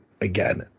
again